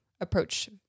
approach